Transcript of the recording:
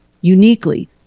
uniquely